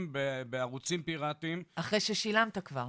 בערוצים פיראטיים --- אחרי ששילמת כבר.